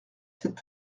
cette